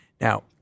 Now